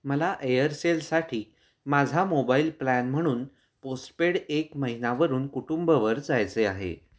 मला एअरसेलसाठी माझा मोबाईल प्लॅन म्हणून पोस्टपेड एक महिनावरून कुटुंबवर जायचे आहे